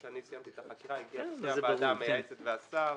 כשסיימתי את החקירה היא הגיעה בפני הוועדה המייעצת והשר,